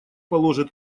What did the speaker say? положит